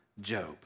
Job